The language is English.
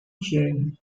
june